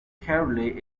carley